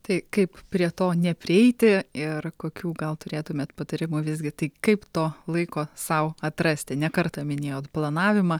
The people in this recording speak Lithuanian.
tai kaip prie to neprieiti ir kokių gal turėtumėt patarimų visgi tai kaip to laiko sau atrasti ne kartą minėjot planavimą